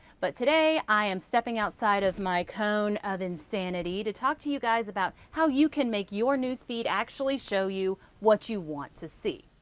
but today i am stepping outside of my cone of insanity to talk to you guys about how you can make your newsfeed actually show you what you want to see.